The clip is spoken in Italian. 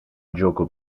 gioco